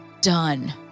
done